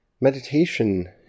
Meditation